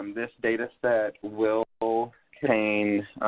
this dataset will will contain